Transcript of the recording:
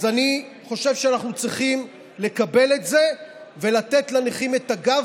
אז אני חושב שאנחנו צריכים לקבל את זה ולתת לנכים את הגב,